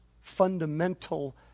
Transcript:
fundamental